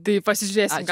tai pasižiūrėsim ką